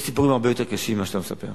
יש סיפורים הרבה יותר קשים ממה שאתה מספר.